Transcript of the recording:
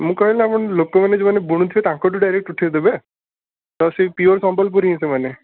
ମୁଁ କହିଲି ଆପଣ ଲୋକମାନେ ଯେଉଁମାନେ ବୁଣୁଥିବେ ଆପଣ ତାଙ୍କଠୁ ଡାଇରେକ୍ଟ୍ ଉଠାଇ ଦେବେ ତ ସେହି ପିଓର୍ ସମ୍ବଲପୁରୀ ହିଁ ସେମାନେ